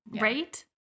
Right